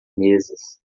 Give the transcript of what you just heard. mesas